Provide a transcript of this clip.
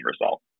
result